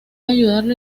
ayudarlo